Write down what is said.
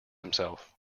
himself